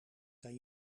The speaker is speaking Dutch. kan